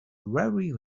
very